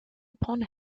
upon